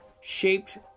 shaped